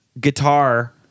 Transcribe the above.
guitar